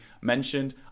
mentioned